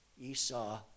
Esau